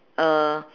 uh